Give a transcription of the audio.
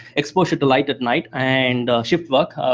exposure to light at night and shift work,